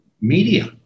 media